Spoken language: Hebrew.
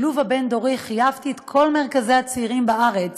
חייבתי את כל מרכזי הצעירים בארץ